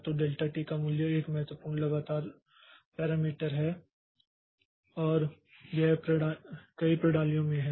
तो delta t का मूल्य एक महत्वपूर्ण लगातार पैरामीटर है और यह कई प्रणालियों में है